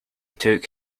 took